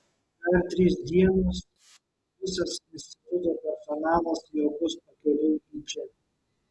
dar trys dienos ir visas instituto personalas jau bus pakeliui į čia